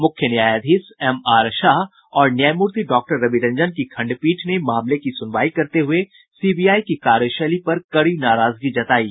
मुख्य न्यायाधीश M R Shah न्यायमूर्ति डॉक्टर रविरंजन की खंडपीठ ने मामले की सुनवाई करते हुये सीबीआई की कार्यशैली पर कड़ी नराजगी जतायी